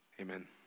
Amen